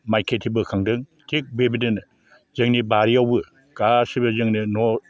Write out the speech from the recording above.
माइ खेथि बोखांदों थिक बेबायदिनो जोंनि बारियावबो गासिबो जोंनि न'